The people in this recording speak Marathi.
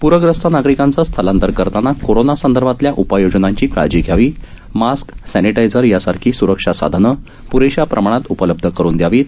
प्रग्रस्त नागरिकांचं स्थलांतर करतांना कोरोनासंदर्भातल्या उपाययोजनांची काळजी घ्यावी मास्क सॅनिटायझर यासारखी सुरक्षा साधनं प्रेशा प्रमाणात उपलब्ध करून द्यावीत